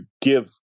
give